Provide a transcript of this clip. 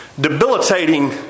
debilitating